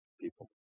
people